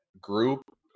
group